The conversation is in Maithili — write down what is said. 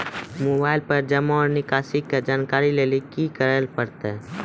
मोबाइल पर जमा निकासी के जानकरी लेली की करे परतै?